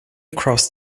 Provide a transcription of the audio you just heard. crossed